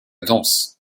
danse